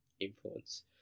influence